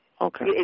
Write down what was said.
okay